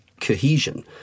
cohesion